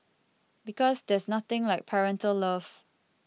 because there's nothing like parental love